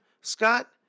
Scott